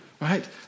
right